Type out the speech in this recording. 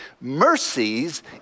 Mercies